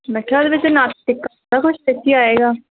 ਮੈਂ ਕਿਹਾ ਉਹਦੇ ਵਿੱਚ ਨੱਥ ਟਿੱਕਾ ਸਾਰਾ ਕੁਛ ਵਿੱਚੇ ਆਵੇਗਾ